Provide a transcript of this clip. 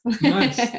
Nice